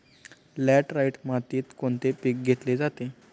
Laterite मातीत कोणते पीक घेतले जाते?